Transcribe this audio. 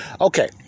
Okay